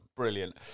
Brilliant